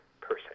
person